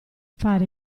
fare